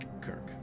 Kirk